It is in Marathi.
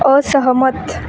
असहमत